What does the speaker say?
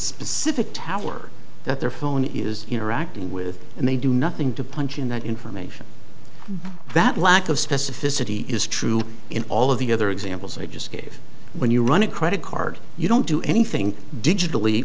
specific tower that their phone is interacting with and they do nothing to punch in that information that lack of specificity is true in all of the other examples i just gave when you run a credit card you don't do anything digitally